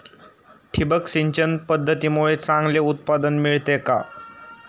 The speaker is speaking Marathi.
ठिबक सिंचन पद्धतीमुळे चांगले उत्पादन मिळते का?